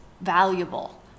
valuable